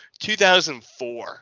2004